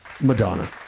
Madonna